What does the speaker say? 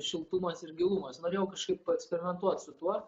šiltumas ir gyvumas norėjau kažkaip paeksperimentuot su tuo